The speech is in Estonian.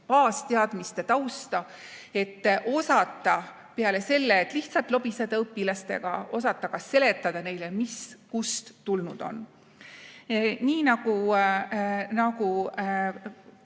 baasteadmiste tausta, et osata peale selle, et lihtsalt lobiseda õpilastega, ka seletada neile, mis kust tulnud on. Nii nagu